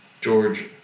George